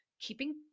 keeping